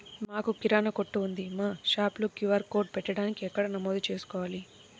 మాకు కిరాణా కొట్టు ఉంది మా షాప్లో క్యూ.ఆర్ కోడ్ పెట్టడానికి ఎక్కడ నమోదు చేసుకోవాలీ?